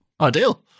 Ideal